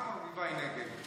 מה, ברביבאי נגד?